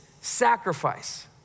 sacrifice